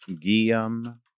Guillaume